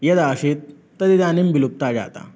यदासीत् तदिदानीं विलुप्ता जाता